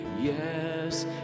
Yes